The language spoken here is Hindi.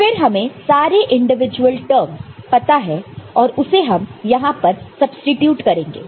फिर हमें सारे इंडिविजुअल टर्मस पता है और उसे हम यहां पर सब्सीट्यूट करेंगे